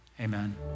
amen